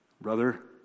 brother